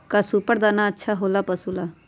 का सुपर दाना अच्छा हो ला पशु ला?